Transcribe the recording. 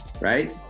right